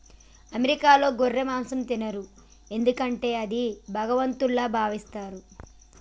అమెరికాలో గొర్రె మాంసం తినరు ఎందుకంటే అది భగవంతుల్లా భావిస్తారు